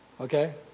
okay